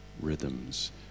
rhythms